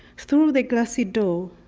through the glassy door,